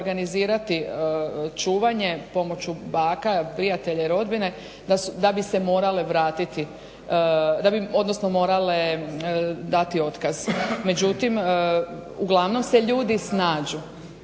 organizirati čuvanje pomoću baka, prijatelja i rodbine da bi se morale vratiti, da bi odnosno morale dati otkaz. Međutim uglavnom se ljudi snađu